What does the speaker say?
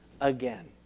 again